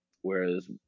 whereas